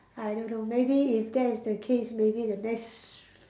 I don't know maybe if that's the case maybe the next